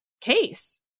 case